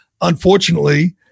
Unfortunately